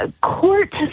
court